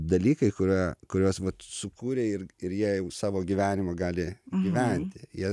dalykai kurie kuriuos vat sukūrei ir ir jie jau savo gyvenimą gali gyventi jie